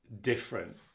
different